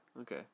okay